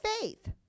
faith